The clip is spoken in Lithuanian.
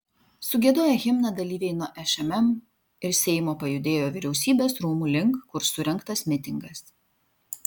sugiedoję himną dalyviai nuo šmm ir seimo pajudėjo vyriausybės rūmų link kur surengtas mitingas